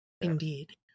Indeed